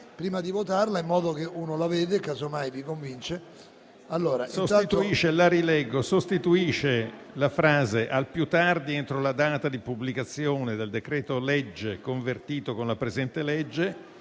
i produttori che, al più tardi entro la data di pubblicazione del decreto legge convertito con la presente legge,